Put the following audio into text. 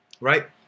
Right